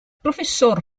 professor